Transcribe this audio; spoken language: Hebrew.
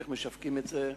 איך משווקים את זה,